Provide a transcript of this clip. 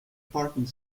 parking